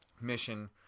mission